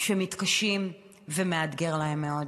שמתקשים ומאתגר להם מאוד?